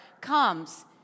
comes